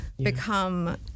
become